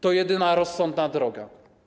To jedyna rozsądna droga.